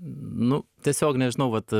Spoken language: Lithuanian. nu tiesiog nežinau vat